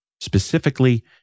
specifically